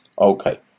Okay